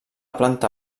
planta